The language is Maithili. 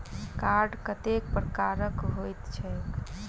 कार्ड कतेक प्रकारक होइत छैक?